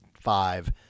five